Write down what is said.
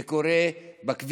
זה קורה בכביש,